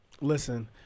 Listen